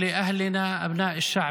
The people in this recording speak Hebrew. אני גם רוצה לתת עצה לממשלת ישראל,